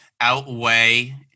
outweigh